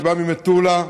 שבא ממטולה,